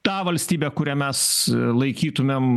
tą valstybę kurią mes laikytumėm